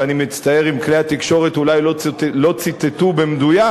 ואני מצטער אם כלי התקשורת אולי לא ציטטו במדויק,